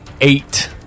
eight